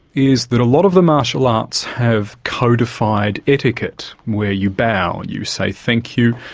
is that a lot of the martial arts have codified etiquette, where you bow and you say thank you.